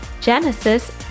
Genesis